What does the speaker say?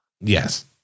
Yes